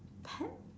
pet